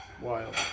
Wild